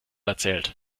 erzählt